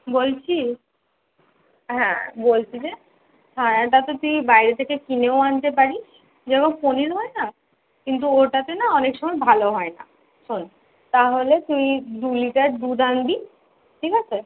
বলছি হ্যাঁ বলছি যে ছানাটা তো তুই বাইরে থেকে কিনেও আনতে পারিস যেরকম পনির হয় না কিন্তু ওটাতে না অনেক সময় ভালো হয় না শোন তাহলে তুই দু লিটার দুধ আনবি ঠিক আছে